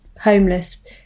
homeless